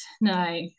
no